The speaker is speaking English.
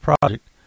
project